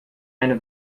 eine